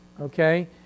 Okay